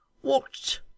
What